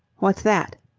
what's that?